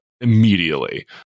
immediately